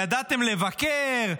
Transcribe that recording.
ידעתם לבקר,